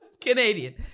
Canadian